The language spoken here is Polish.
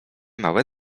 małe